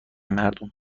مردم